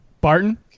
Barton